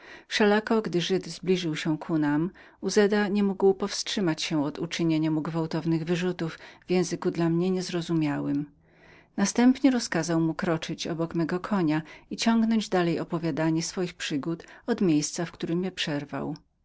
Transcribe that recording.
gdy żyd zbliżył się ku nam uzeda nie mógł powstrzymać się od uczynienia mu żwawych wyrzutów w języku dla mnie niezrozumiałym następnie rozkazał mu kroczyć obok mego konia i ciągnąć dalej opowiadanie swoich przygód od miejsca w którem był